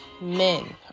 Men